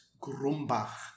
Grumbach